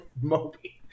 Moby